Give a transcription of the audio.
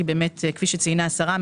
כפי שציינה השרה,